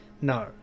No